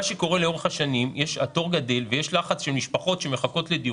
מה שקרה לאורך השנים זה שהתור גדל ויש לחץ של משפחות שמחכות לדידו.